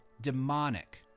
demonic